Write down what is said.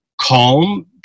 calm